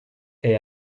est